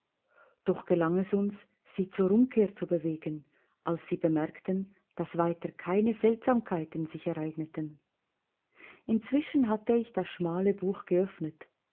doch gelang es uns sie zur umkehr zu bewegen als sie bemerkten daß weiter keine seltsamkeiten sich ereigneten inzwischen hatte ich das schmale buch geöffnet